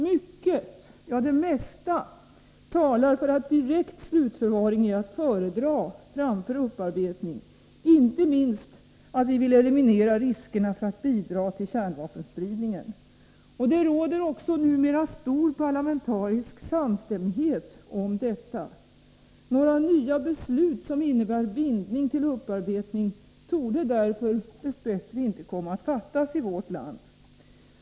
Mycket, ja det mesta, talar för att direkt slutförvaring är att föredra framför upparbetning, inte minst för att vi vill eliminera riskerna att bidra till kärnvapenspridning. Det råder också numera stor parlamentarisk samstämmighet om detta. Några nya beslut som innebär bindning till upparbetning torde därför dess bättre inte komma att fattas i vårt land.